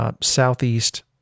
southeast